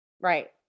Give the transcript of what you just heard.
Right